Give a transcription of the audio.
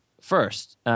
first